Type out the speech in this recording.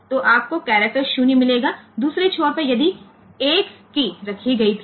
तो आपको करैक्टर 0 मिलेगा दूसरे छोर पर यदि 1 कीय रखी गई थी